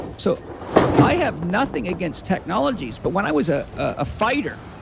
so i have nothing against technologies, but when i was a ah fighter,